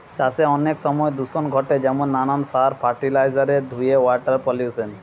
চাষে অনেক সময় দূষণ ঘটে যেমন নানান সার, ফার্টিলিসের ধুয়ে ওয়াটার পলিউশন